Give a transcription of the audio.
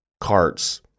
carts